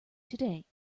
today